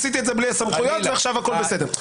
עשיתי את זה בלי הסמכויות ועכשיו הכול בסדר.